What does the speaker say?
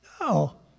No